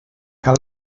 cal